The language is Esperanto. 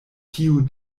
tiu